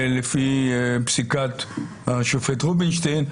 לפי פסיקת השופט רובינשטיין.